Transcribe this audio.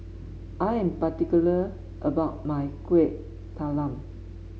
I am particular about my Kueh Talam